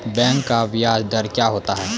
Bank का ब्याज दर क्या होता हैं?